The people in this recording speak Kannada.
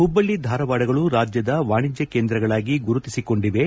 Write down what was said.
ಹುಬ್ಬಳ್ಳಿ ಧಾರವಾಡ ನಗರಗಳು ರಾಜ್ಯದ ವಾಣಿಜ್ಯ ಕೇಂದ್ರಗಳಾಗಿ ಗುರುತಿಸಿಕೊಂಡಿವೆ